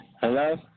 Hello